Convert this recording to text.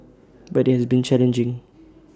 but IT has been challenging